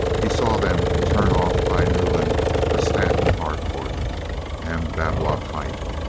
he saw them turn off by newland for stanton harcourt and bab lockhithe,